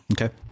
Okay